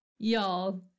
Y'all